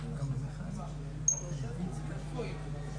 משביע את